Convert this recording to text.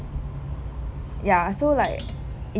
ya so like